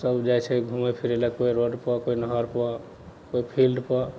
सब जाइ छै घुमै फिरै ले कोइ रोडपर कोइ नहरपर कोइ फिल्डपर